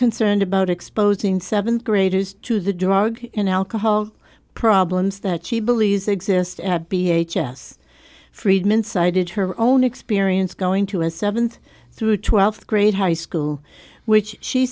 concerned about exposing seventh graders to the drug and alcohol problems that she believes exist at b h s friedman cited her own experience going to a seventh through twelfth grade high school which she